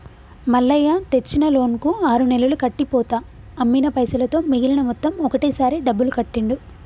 మల్లయ్య తెచ్చిన లోన్ కు ఆరు నెలలు కట్టి పోతా అమ్మిన పైసలతో మిగిలిన మొత్తం ఒకటే సారి డబ్బులు కట్టిండు